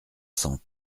sans